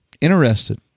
interested